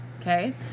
Okay